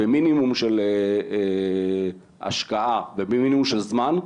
במינימום של השקעה ובמינימום של זמן,